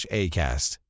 acast